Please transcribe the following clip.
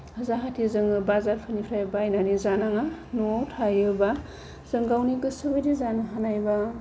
जाहाथे जोङो बाजारफोरनिफ्राय बायनानै जानाङा न'आव थायोबा जों गावनि गोसोबायदि जानो हानाय एबा